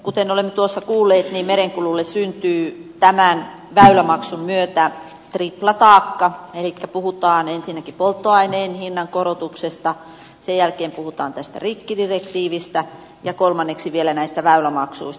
kuten olemme tuossa kuulleet merenkululle syntyy tämän väylämaksun myötä triplataakka elikkä puhutaan ensinnäkin polttoaineen hinnankorotuksesta sen jälkeen puhutaan tästä rikkidirektiivistä ja kolmanneksi vielä näistä väylämaksuista